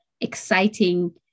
exciting